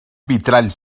vitralls